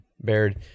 Baird